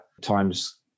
time's